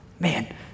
man